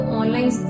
online